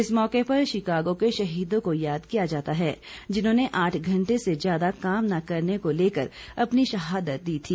इस मौके पर शिकागो के शहीदों को याद किया जाता है जिन्होंने आठ घंटे से ज्यादा काम न करने को लेकर अपनी शहादत दी थी